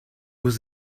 was